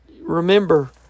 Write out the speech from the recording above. Remember